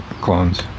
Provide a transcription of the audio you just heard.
clones